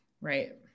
Right